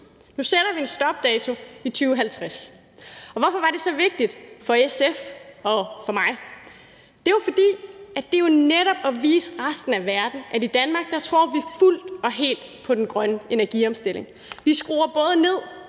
nu sætter vi en stopdato i 2050. Hvorfor var det så vigtigt for SF og for mig? Det var, fordi det jo netop er at vise resten af verden, at i Danmark tror vi fuldt og helt på den grønne energiomstilling. Vi skruer både ned